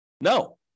No